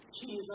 Jesus